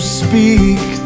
speak